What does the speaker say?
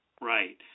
right